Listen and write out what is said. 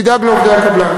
תדאג לעובדי הקבלן.